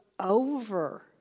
over